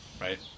right